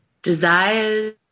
desires